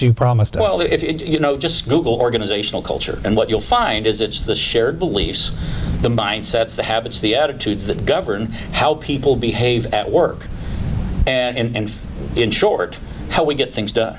you promised well that if you know just google organizational culture and what you'll find is it's the shared beliefs the mindsets the habits the attitudes that govern how people behave at work and in short how we get things done